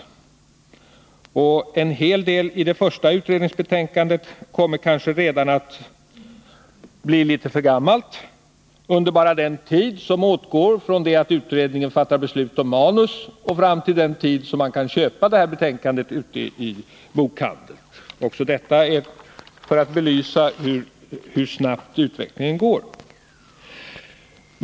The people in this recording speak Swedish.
En hel del i det första utredningsbetänkandet blir kanske litet för gammalt bara under den tid som åtgår från det att utredningen fattar beslut om manus och fram till den dag då man kan köpa betänkandet i bokhandeln.